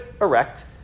erect